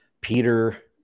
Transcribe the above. Peter